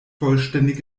vollständig